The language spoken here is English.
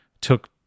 took